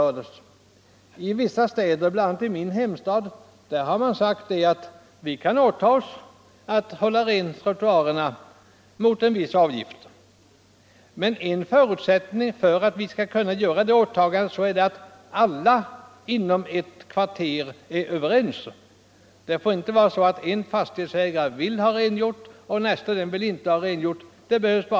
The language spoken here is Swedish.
I vissa städer, bl.a. i min hemstad, säger de kommunala myndigheterna att de kan åta sig att hålla trottoarerna rena mot en viss avgift. Men en förutsättning för att staden skall kunna göra detta åtagande är att alla fastighetsägare inom ett kvarter är överens.